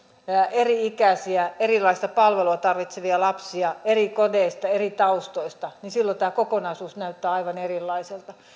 eri ikäisiä erilaista palvelua tarvitsevia lapsia eri kodeista eri taustoista niin silloin tämä kokonaisuus näyttää aivan erilaiselta